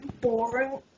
Boring